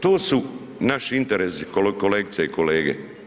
To su naši interesi, kolegice i kolege.